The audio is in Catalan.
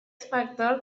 factor